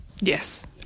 Yes